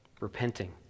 repenting